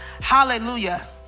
hallelujah